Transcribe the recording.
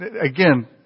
again